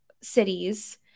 cities